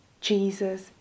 Jesus